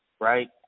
right